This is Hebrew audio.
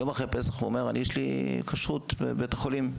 יום אחרי פסח הוא אומר: יש לי כשרות בבית החולים.